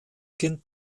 kind